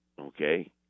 okay